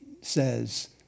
says